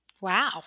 Wow